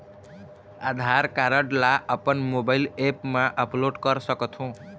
आधार card ला अपन mobile app मा अपलोड कर सकथों?